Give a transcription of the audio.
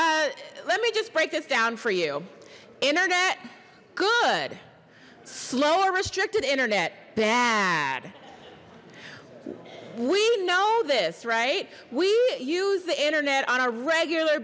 let me just break this down for you internet good slow or restricted internet bad we know this right we use the internet on a regular